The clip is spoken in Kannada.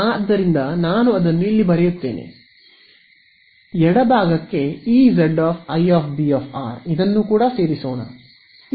ಆದ್ದರಿಂದ ನಾನು ಅದನ್ನು ಇಲ್ಲಿ ಬರೆಯುತ್ತೇನೆ LHS ಗೆ Ez i B ಇದನ್ನು ಕೂಡ ಸೇರಿಸೋಣ